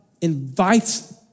invites